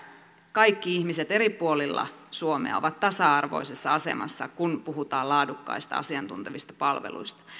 kaikki ihmiset eri puolilla suomea ovat tasa arvoisessa asemassa kun puhutaan laadukkaista asiantuntevista palveluista